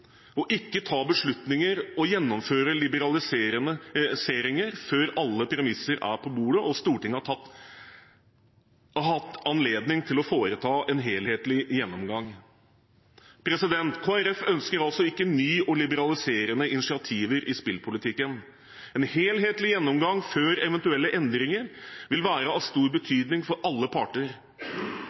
og ikke ta beslutninger og gjennomføre liberaliseringer før alle premisser er på bordet og Stortinget har hatt anledning til å foreta en helhetlig gjennomgang. Kristelig Folkeparti ønsker altså ikke nye og liberaliserende initiativer i spillpolitikken. En helhetlig gjennomgang før eventuelle endringer vil være av stor betydning for alle parter.